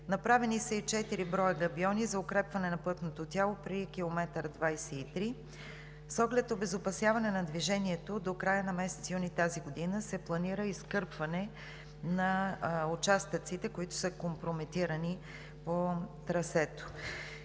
Направени са и четири броя габиони за укрепване на пътното тяло при км 23. С оглед обезопасяване на движението до края на месец юни тази година се планира изкърпване на участъците, които са компрометирани по трасето.